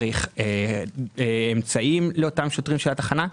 צריך אמצעים לאותם שוטרים של התחנה.